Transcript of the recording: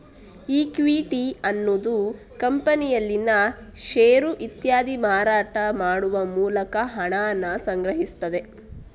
equity ಅನ್ನುದು ಕಂಪನಿಯಲ್ಲಿನ share ಇತ್ಯಾದಿ ಮಾರಾಟ ಮಾಡುವ ಮೂಲಕ ಹಣಾನ ಸಂಗ್ರಹಿಸ್ತದೆ